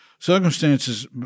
circumstances